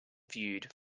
viewed